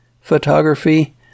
photography